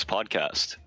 Podcast